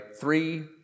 Three